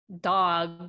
dog